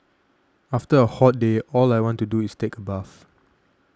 after a hot day all I want to do is take a bath